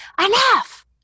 enough